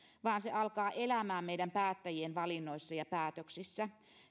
vaan se alkaa elämään meidän päättäjien valinnoissa ja päätöksissä